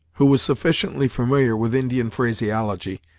who was sufficiently familiar with indian phraseology,